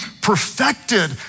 perfected